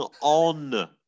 on